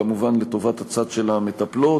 כמובן לטובת הצד של המטפלות,